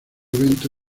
venta